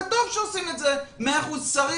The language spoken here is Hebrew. וטוב שעושים את זה כי צריך,